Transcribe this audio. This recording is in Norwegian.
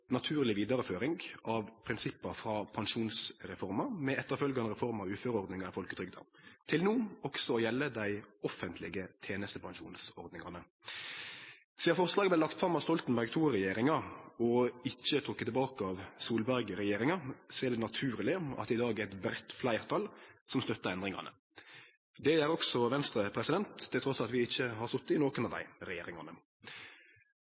naturleg vidareføring av prinsippa frå pensjonsreforma, med etterfølgjande reform av uføreordninga i folketrygda til no også å gjelde dei offentlege tenestepensjonsordningane. Sidan forslaget vart lagt fram av Stoltenberg II-regjeringa og ikkje er trekt tilbake av Solberg-regjeringa, er det naturleg at det i dag er eit breitt fleirtal som støttar endringane. Det gjer også Venstre, trass i at vi ikkje har sete i nokre av